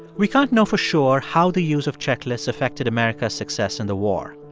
we can't know for sure how the use of checklists affected america's success in the war,